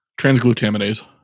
Transglutaminase